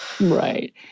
Right